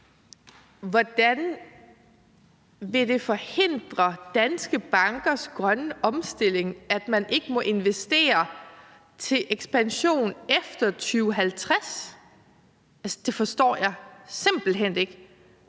Hvordan vil det forhindre danske bankers grønne omstilling, at man ikke må investere til ekspansion efter 2050? Altså, det forstår jeg simpelt hen ikke.